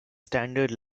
standard